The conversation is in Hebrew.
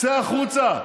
צא החוצה,